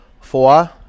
Four